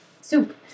soup